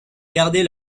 garder